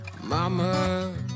Mama